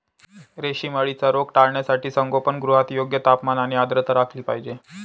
रेशीम अळीचा रोग टाळण्यासाठी संगोपनगृहात योग्य तापमान आणि आर्द्रता राखली पाहिजे